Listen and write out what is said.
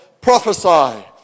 prophesy